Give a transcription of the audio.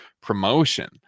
promotion